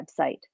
website